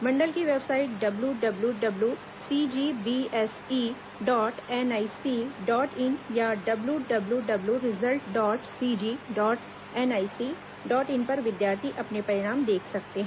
मंडल की website W W W CGBSE dot NIC dot in या W W W results dot CG dot NIC dot in पर विद्यार्थी अपने परिणाम देख सकते हैं